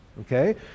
Okay